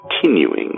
continuing